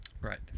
Right